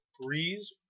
Breeze